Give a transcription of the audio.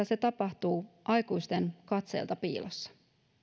se tapahtuu aikuisten katseilta piilossa